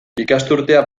ikasturtea